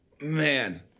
Man